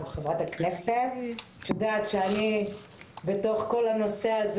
חברת הכנסת, את יודעת שאני בתוך כל הנושא הזה.